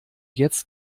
jetzt